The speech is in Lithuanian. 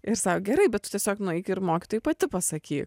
ir sako gerai bet tu tiesiog nueik ir mokytojai pati pasakyk